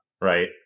Right